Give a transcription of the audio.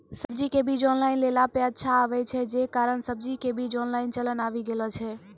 सब्जी के बीज ऑनलाइन लेला पे अच्छा आवे छै, जे कारण सब्जी के बीज ऑनलाइन चलन आवी गेलौ छै?